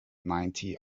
ninety